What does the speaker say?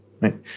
right